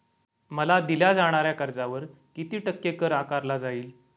मला दिल्या जाणाऱ्या कर्जावर किती टक्के कर आकारला जाईल?